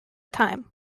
time